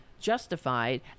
justified